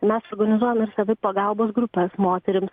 mes organizuojam ir savipagalbos grupes moterims